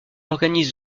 organise